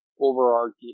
overarching